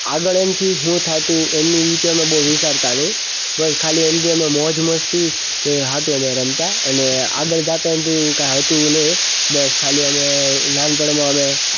આગળ એનાથી શું થાતું એની વિશે અમે બહું વિચારતા નહીં બસ ખાલી એમ કે અમે મોજ મસ્તી કે સાટુ અમે રમતા અને આગળ જતા એમ કૈ એવું કાંઈ હતું નહીં બસ ખાલી અમે નાનપણમાં અમે